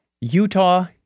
Utah